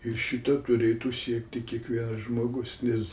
ir šito turėtų siekti kiekvienas žmogus nes